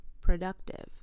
productive